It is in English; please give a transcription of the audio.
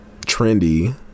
trendy